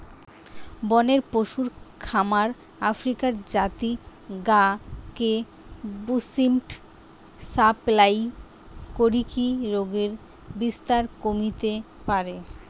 বনের পশুর খামার আফ্রিকার জাতি গা কে বুশ্মিট সাপ্লাই করিকি রোগের বিস্তার কমিতে পারে